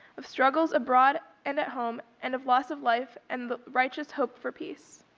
of struggles abroad and at home, and of loss of life and the righteous hope for peace.